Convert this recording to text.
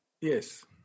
Yes